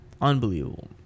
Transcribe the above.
Unbelievable